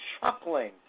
chuckling